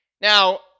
Now